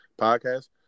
podcast